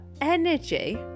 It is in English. energy